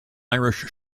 irish